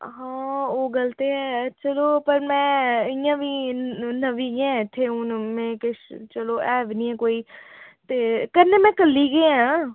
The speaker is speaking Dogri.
हां ओह् गल्ल ते है चलो पर में इ'यां बी नमीं ऐं इत्थै हून में किश चलो है बी निं ऐ कोई ते कन्नै में कल्ली गै आं